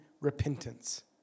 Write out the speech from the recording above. repentance